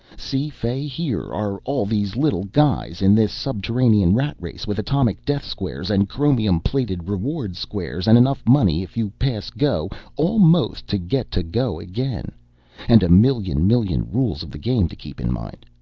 see, fay, here are all these little guys in this subterranean rat race with atomic-death squares and chromium-plated reward squares and enough money if you pass go almost to get to go again and a million million rules of the game to keep in mind.